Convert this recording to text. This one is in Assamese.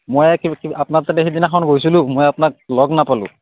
মই আপোনাৰ তাতে সেইদিনাখন গৈছিলোঁ মই আপোনাক লগ নাপালোঁ